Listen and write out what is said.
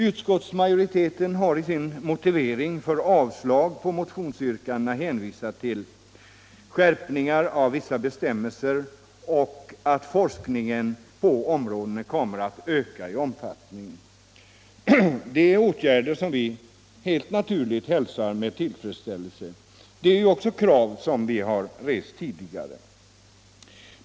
Utskottsmajoriteten har i sin motivering för avslag på motionsyrkandena hänvisat till skärpningar av vissa bestämmelser och till att forskningen på området kommer att öka i omfattning. Det är åtgärder som vi helt naturligt hälsar med tillfredsställelse — detta är också krav som vi har rest tidigare.